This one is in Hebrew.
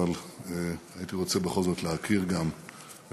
אבל הייתי רוצה בכל זאת להכיר גם את